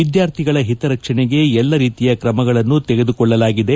ವಿದ್ಯಾರ್ಥಿಗಳ ಹಿತ ರಕ್ಷಣೆಗೆ ಎಲ್ಲಾ ರೀತಿಯ ಕ್ರಮಗಳನ್ನು ತೆಗೆದುಕೊಳ್ಳಲಾಗಿದೆ